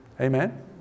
Amen